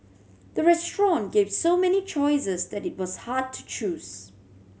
the restaurant gave so many choices that it was hard to choose